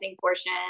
portion